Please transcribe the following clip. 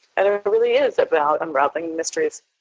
and it really is about unraveling mysteries